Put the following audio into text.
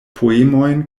poemojn